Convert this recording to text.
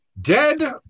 dead